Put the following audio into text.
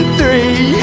three